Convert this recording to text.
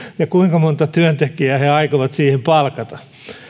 ja kuinka monta työntekijää se aikoo siihen palkata